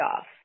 off